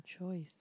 choice